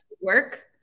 work